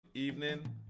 evening